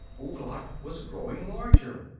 ouglat was growing larger,